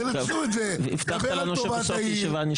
תנצלו את זה לטובת העיר.